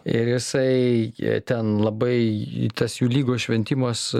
ir jisai jie ten labai tas jų lygų šventimas